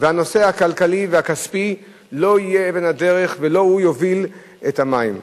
והנושא הכלכלי והכספי לא יהיו אבן הדרך ולא הם יובילו את תחום המים.